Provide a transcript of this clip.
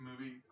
movie